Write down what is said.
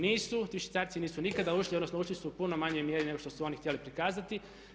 Nisu, ti švicarci nisu nikada ušli, odnosno ušli su u puno manjoj mjeri nego što su oni htjeli prikazati.